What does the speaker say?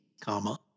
comma